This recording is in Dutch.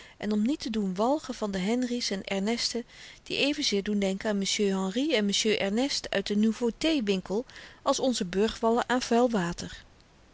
en om niet te doen walgen van de henri's en ernesten die evenzeer doen denken aan m'sieu henri en m'sieu ernest uit den nouveauté winkel als onze